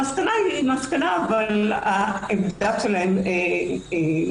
המסקנה היא מסקנה אבל העמדה שלהם נשמעה